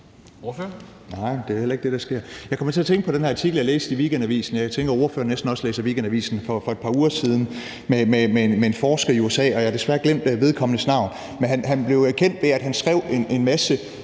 også, at ordføreren også læser Weekendavisen, om en forsker i USA. Jeg har desværre glemt vedkommendes navn, men han blev kendt ved, at han skrev en masse